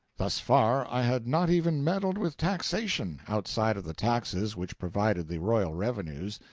thus far, i had not even meddled with taxation, outside of the taxes which provided the royal revenues.